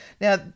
Now